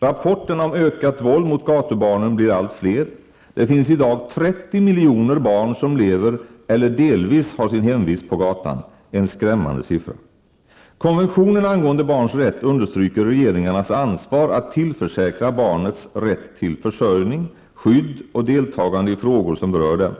Rapporterna om ökat våld mot gatubarnen blir allt fler. Det finns i dag 30 miljoner barn som lever eller delvis har sin hemvist på gatan. En skrämmande siffra! Konventionen angående barns rätt understryker regeringarnas ansvar att tillförsäkra barnets rätt till försörjning, skydd och deltagande i frågor som berör dem.